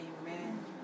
Amen